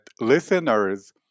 listeners